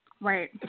Right